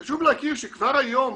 חשוב להכיר שכבר היום